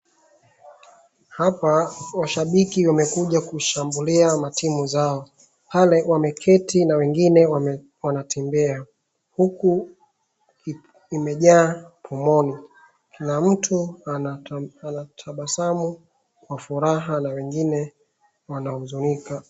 Hapa washabiki wamekuja kushabulia matimu zao. Pale wameketi na wengine wanatembea huku imejaa pomoni. Kuna mtu anatabasamu kwa furaha na wengine wanahuzunika.